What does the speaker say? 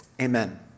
Amen